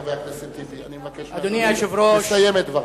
חבר הכנסת טיבי, אני מבקש מאדוני לסיים את דבריו.